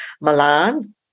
Milan